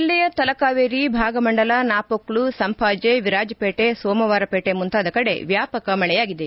ಜಿಲ್ಲೆಯ ತಲಕಾವೇರಿ ಭಾಗಮಂಡಲ ನಾಪೊಕ್ಲು ಸಂಪಾಜೆ ವಿರಾಜಪೇಟೆ ಸೋಮವಾರಪೇಟೆ ಮುಂತಾದ ಕಡೆ ವ್ಯಾಪಕ ಮಳೆಯಾಗಿದೆ